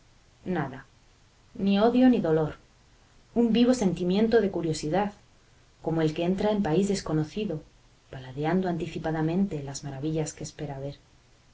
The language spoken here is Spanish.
nada ni odio ni dolor un vivo sentimiento de curiosidad como el que entra en país desconocido paladeando anticipadamente las maravillas que espera ver